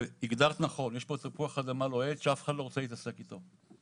הגדרת נכון: יש פה תפוח אדמה לוהט שאף אחד לא רוצה להתעסק איתו.